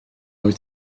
wyt